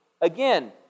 again